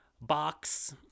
box